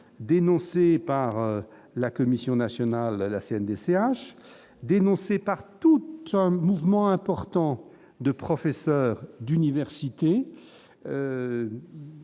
dénoncée par la Commission nationale de la scène des Ch dénoncé par toutes un mouvement important de professeurs d'université,